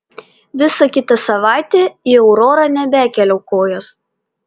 visą kitą savaitę į aurorą nebekėliau kojos